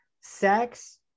sex